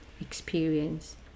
experience